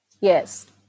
Yes